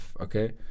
okay